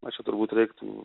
na čia turbūt reiktų